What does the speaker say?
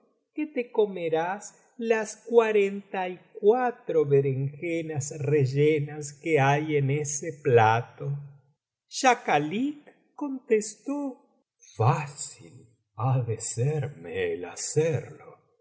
que te comerás las cuarenta y cuatro berenjenas rellenas que hay en ese plato schakalik contestó fácil ha de serme el hacerlo